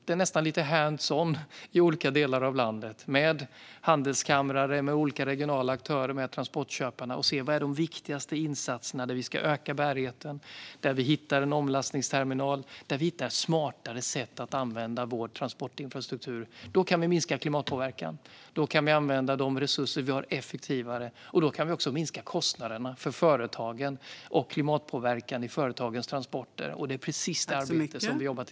Det är nästan lite hands-on i olika delar av landet, där vi tillsammans med handelskamrar, olika regionala aktörer och transportköpare ser vad som är de viktigaste insatserna. Det handlar om att öka bärigheten och om att hitta omlastningsterminaler och smartare sätt att använda vår transportinfrastruktur. Då kan vi minska klimatpåverkan. Då kan vi använda de resurser vi har effektivare, och på så sätt kan vi också minska kostnaderna för företagen och klimatpåverkan i företagens transporter. Det är precis det som vi jobbar med tillsammans.